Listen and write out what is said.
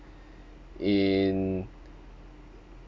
in